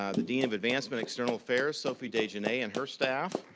um the dean of advancement, external affairs sophie degenais and her staff.